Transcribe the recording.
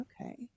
Okay